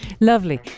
lovely